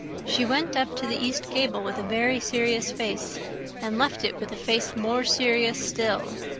she went up to the east gable with a very serious face and left it with a face more serious still.